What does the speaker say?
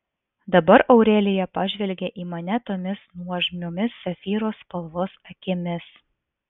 dabar aurelija pažvelgė į mane tomis nuožmiomis safyro spalvos akimis